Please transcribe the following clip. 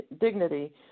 dignity